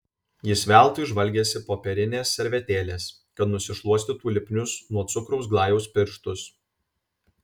jis veltui žvalgėsi popierinės servetėlės kad nusišluostytų lipnius nuo cukraus glajaus pirštus